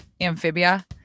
Amphibia